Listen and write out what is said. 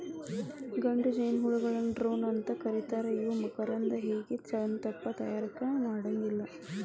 ಗಂಡು ಜೇನಹುಳಕ್ಕ ಡ್ರೋನ್ ಅಂತ ಕರೇತಾರ ಇವು ಮಕರಂದ ಹೇರಿ ಜೇನತುಪ್ಪಾನ ತಯಾರ ಮಾಡಾಂಗಿಲ್ಲ